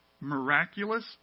miraculous